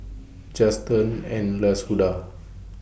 Juston and Lashunda